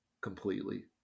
completely